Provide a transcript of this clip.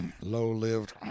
low-lived